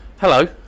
Hello